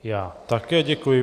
Já také děkuji.